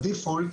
ה-Default,